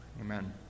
Amen